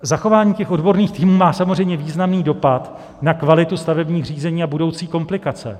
Zachování odborných týmů má samozřejmě významný dopad na kvalitu stavebních řízení a budoucí komplikace.